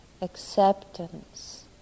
acceptance